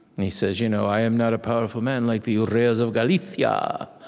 and he says, you know, i am not a powerful man like the urreas of galicia.